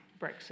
Brexit